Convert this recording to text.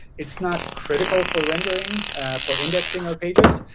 it's not critical for rendering for indexing our pages.